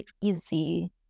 easy